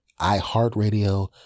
iHeartRadio